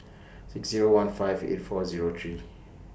six Zero one five eight four Zero three